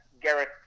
Garrett